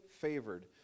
favored